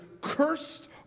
cursed